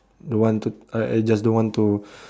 don't want to I I just don't want to